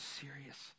serious